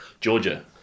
Georgia